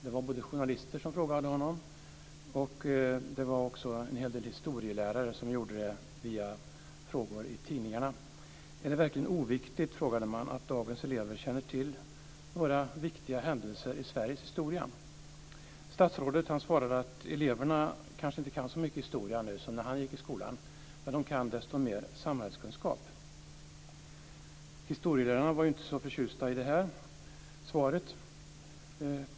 Det var journalister som ställde frågor till honom, och det var också en hel del historielärare som gjorde det via tidningarna. Är det verkligen oviktigt, frågade de, att dagens ungdomar känner till några viktiga händelser i Sveriges historia? Statsrådet svarade att eleverna kanske inte kan så mycket historia nu som eleverna kunde när han gick i skolan, men att de kan desto mer samhällskunskap. Historielärarna var ju inte så förtjusta i svaret.